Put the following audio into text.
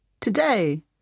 Today